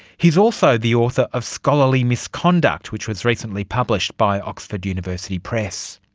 he is also the author of scholarly misconduct, which was recently published by oxford university press.